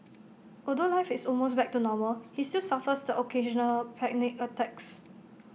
although life is almost back to normal he still suffers the occasional panic attacks